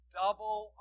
double